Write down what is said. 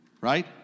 Right